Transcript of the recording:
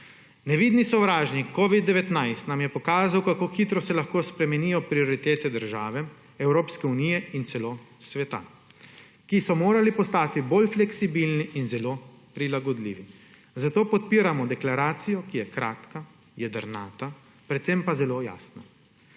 Nevidni sovražnik covid-19 nam je pokazal, kako hitro se lahko spremenijo prioritete države, Evropske unije in celo sveta, ki so morali postati bolj fleksibilni in zelo prilagodljivi. Zato podpiramo deklaracijo, ki je kratka, jedrnata, predvsem pa zelo jasna,